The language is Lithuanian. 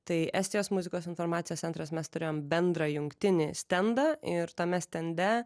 tai estijos muzikos informacijos centras mes turėjom bendrą jungtinį stendą ir tame stende